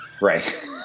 Right